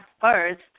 first